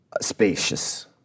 spacious